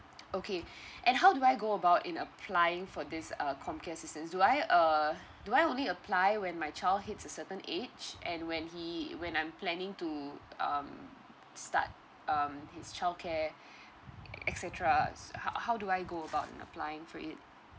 okay and how do I go about in applying for this uh comcare assistance do I uh do I only apply when my child hits a certain age and when he when I'm planning to um start um his childcare et cetera so how how do I go about in applying for it